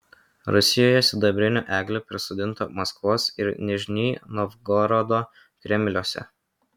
rusijoje sidabrinių eglių prisodinta maskvos ir nižnij novgorodo kremliuose